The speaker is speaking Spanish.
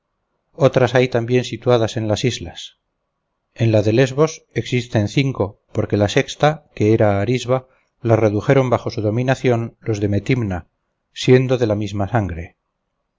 otras hay también situadas en las islas en la de lesbos existen cinco porque la sexta que era arisba la redujeron bajo su dominación los de metimna siendo de la misma sangre